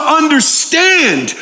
understand